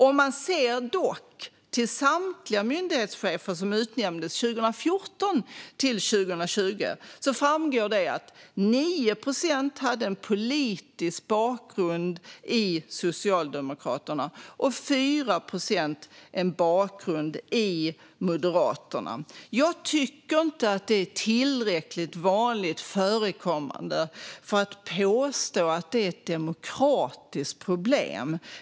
Om man dock ser till samtliga myndighetschefer som utnämndes 2014-2020 framgår det att 9 procent hade en politisk bakgrund i Socialdemokraterna och 4 procent en bakgrund i Moderaterna. Jag tycker inte att det är tillräckligt vanligt förekommande för att man ska kunna påstå att det är demokratiskt problem.